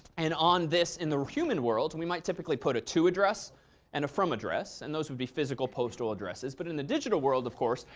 and on this in the human world and we might typically put a to address and a from address. and those would be physical postal addresses. but in the digital world, of course,